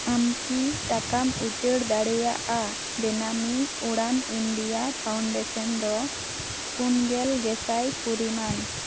ᱟᱢᱠᱤ ᱴᱟᱠᱟᱢ ᱩᱪᱟᱹᱲ ᱫᱟᱲᱮᱭᱟᱜᱼᱟ ᱵᱮᱱᱟᱢᱤ ᱩᱲᱟᱱ ᱤᱱᱰᱤᱭᱟ ᱯᱷᱟᱣᱩᱱᱰᱮᱥᱮᱱ ᱫᱚ ᱯᱩᱱᱜᱮᱞ ᱜᱮᱥᱟᱭ ᱯᱚᱨᱤᱢᱟᱱ